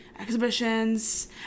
exhibitions